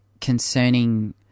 concerning